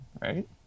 right